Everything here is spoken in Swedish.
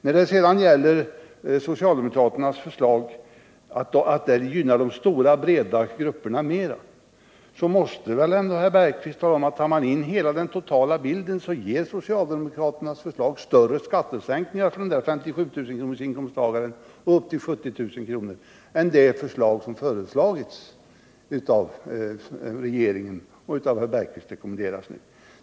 När det sedan gäller frågan om socialdemokraternas förslag gynnar de stora breda grupperna niera, så måste herr Bergqvist se, om man tar in den totala bilden, att socialdemokraternas förslag ger större skattesänkningar för inkomsttagare med 57 000-70 000 kr. än regeringens förslag, som herr Bergqvist nu rekommenderar.